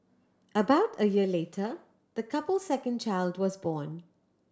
about a year later the couple's second child was born